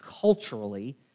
culturally